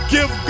Give